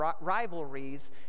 rivalries